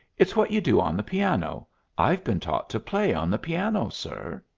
it's what you do on the piano i've been taught to play on the piano, sir.